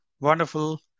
Wonderful